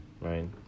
right